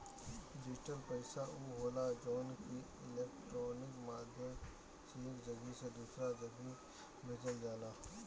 digital पईसा उ होला जवन की इलेक्ट्रोनिक माध्यम से एक जगही से दूसरा जगही भेजल जाला